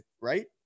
right